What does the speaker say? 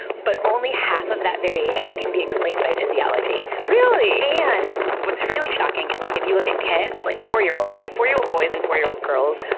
but only half of that variation can be explained by physiology. and and what's really shocking is like if you look at kids, like four-year-old so four-year-old boys and four-year-old girls,